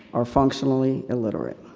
are functionally illiterate.